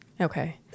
Okay